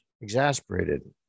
exasperated